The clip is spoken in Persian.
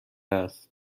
است